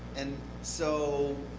and so,